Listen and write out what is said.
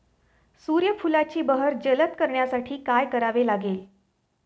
सूर्यफुलाची बहर जलद करण्यासाठी काय करावे लागेल?